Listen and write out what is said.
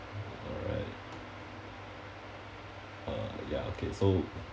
alright uh ya okay so